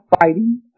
fighting